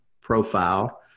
profile